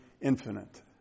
infinite